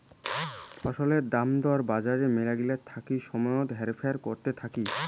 ফছলের দর দাম বজার মেলাগিলা সময়ত হেরফের করত থাকি